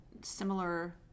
similar